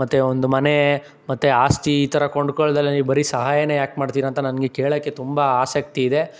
ಮತ್ತೆ ಒಂದು ಮನೇ ಮತ್ತೆ ಆಸ್ತಿ ಈ ಥರ ಕೊಂಡ್ಕೊಳ್ದೆನೇ ಬರೀ ಸಹಾಯನೇ ಯಾಕೆ ಮಾಡ್ತೀರ ಅಂತ ನನಗೆ ಕೇಳೋಕ್ಕೆ ತುಂಬ ಆಸಕ್ತಿಯಿದೆ